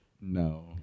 No